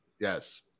yes